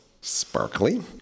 Sparkly